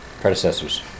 predecessors